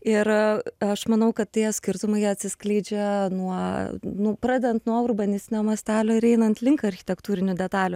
ir aš manau kad tie skirtumai atsiskleidžia nuo nu pradedant nuo urbanistinio mastelio ir einant link architektūrinių detalių